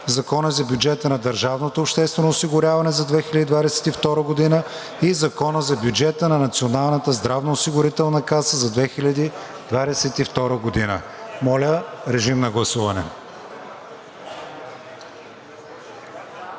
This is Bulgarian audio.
Закона за бюджета на държавното обществено осигуряване за 2022 г. и Закона за бюджета на Националната здравноосигурителна каса за 2022 г. Моля, режим на гласуване.